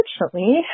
unfortunately